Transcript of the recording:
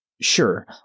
Sure